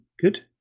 good